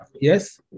yes